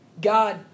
God